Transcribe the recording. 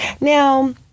now